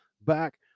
back